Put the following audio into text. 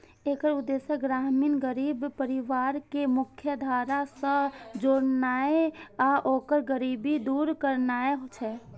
एकर उद्देश्य ग्रामीण गरीब परिवार कें मुख्यधारा सं जोड़नाय आ ओकर गरीबी दूर करनाय छै